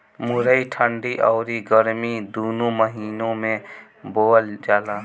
मुरई ठंडी अउरी गरमी दूनो महिना में बोअल जाला